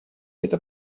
эта